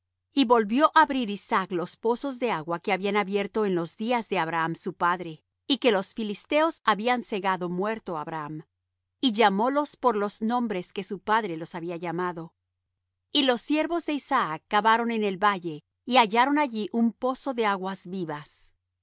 y volvió á abrir isaac los pozos de agua que habían abierto en los días de abraham su padre y que los filisteos habían cegado muerto abraham y llamólos por los nombres que su padre los había llamado y los siervos de isaac cavaron en el valle y hallaron allí un pozo de aguas vivas